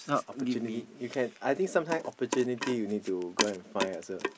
opportunity you can I think sometime opportunity you need to go and find yourself